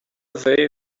they